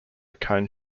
cone